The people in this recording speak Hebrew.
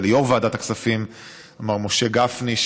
וליו"ר ועדת הכספים מר משה גפני,